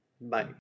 Bye